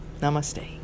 Namaste